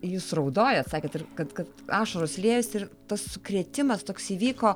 jūs raudojot sakėte kad kad ašaros liejasi ir tas sukrėtimas toks įvyko